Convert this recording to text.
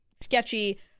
sketchy